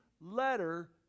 letter